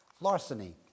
larceny